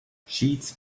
sheets